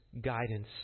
guidance